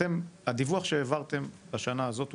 הדיווח שהעברתם לשנה הזאת,